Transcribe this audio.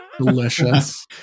Delicious